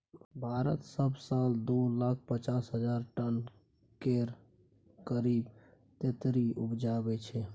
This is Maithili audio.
भारत सब साल दु लाख पचास हजार टन केर करीब तेतरि उपजाबै छै